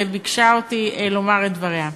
והיא ביקשה ממני לומר את דבריה.